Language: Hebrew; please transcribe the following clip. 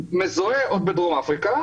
מזוהה עוד בדרום אפריקה.